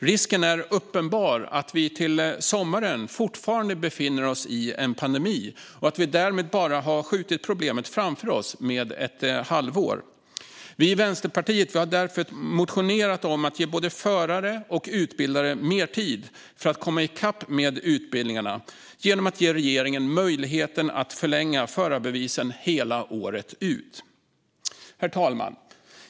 Risken är uppenbar att vi till sommaren fortfarande befinner oss i en pandemi och att vi därmed bara har skjutit problemet framför oss i ett halvår. Vi i Vänsterpartiet har därför motionerat om att ge både förare och utbildare mer tid för att komma i kapp med utbildningarna genom att ge regeringen möjlighet att förlänga förarbevisen året ut. Herr talman!